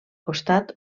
costat